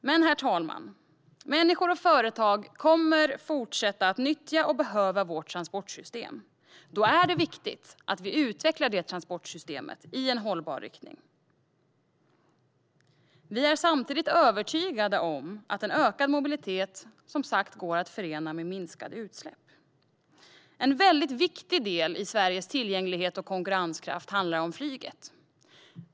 Men, herr talman, människor och företag kommer att fortsätta att nyttja och behöva vårt transportsystem. Då är det viktigt att vi utvecklar det i en hållbar riktning. Samtidigt är vi som sagt övertygade om att en ökad mobilitet går att förena med minskade utsläpp. En väldigt viktig del för Sveriges tillgänglighet och konkurrenskraft är flyget.